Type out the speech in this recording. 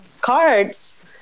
cards